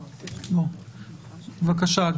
בבקשה,